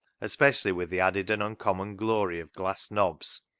especially with the added and un common glory of glass knobs,